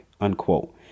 unquote